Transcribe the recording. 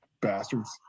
Bastards